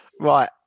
Right